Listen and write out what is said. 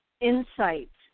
insights